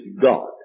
God